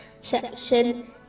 section